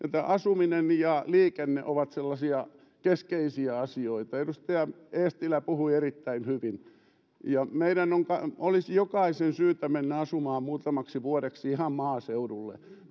asuminen ja liikenne ovat sellaisia keskeisiä asioita edustaja eestilä puhui erittäin hyvin meidän olisi jokaisen syytä mennä asumaan muutamaksi vuodeksi ihan maaseudulle